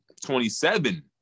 27